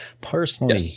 Personally